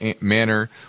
manner